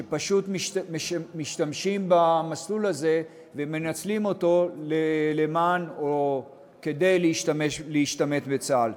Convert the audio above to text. שפשוט משתמשים במסלול הזה ומנצלים אותו כדי להשתמט מצה"ל.